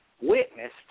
witnessed